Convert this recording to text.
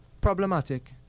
problematic